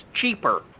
cheaper